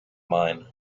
mine